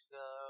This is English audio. go